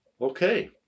Okay